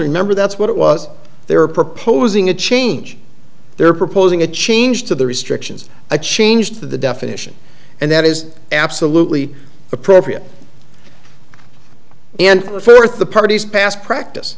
remember that's what it was they were proposing a change they are proposing a change to the restrictions a change to the definition and that is absolutely appropriate and firth the party's past practice